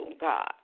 God